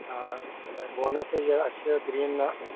آ بہٕ وَنو تۄہہِ یہِ اَسہِ چھِ گریٖن